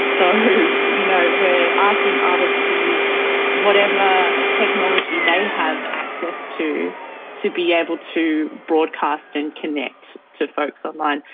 so who you know where? we're asking artists to use whatever technology they have access to to be able to broadcast and connect to folks online.